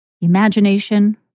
imagination